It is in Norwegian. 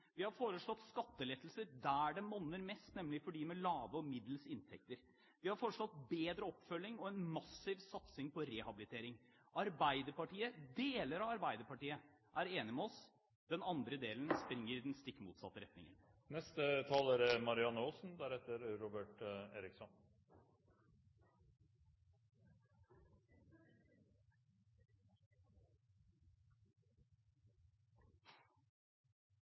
Høyre har foreslått tilretteleggingsgaranti, vi har foreslått skattelettelser der det monner mest, nemlig for dem med lave og middels inntekter, vi har foreslått bedre oppfølging og en massiv satsing på rehabilitering. Deler av Arbeiderpartiet er enig med oss, den andre delen springer i den stikk motsatte